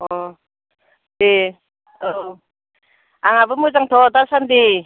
अह एह औ आंहाबो मोजांथ' दासान्दि